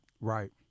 Right